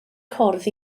cwrdd